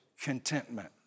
contentment